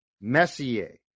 Messier